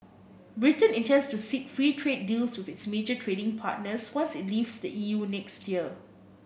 Britain intends to seek free trade deals with its major trading partners once it leaves the E U next year